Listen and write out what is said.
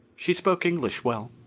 she spoke english well.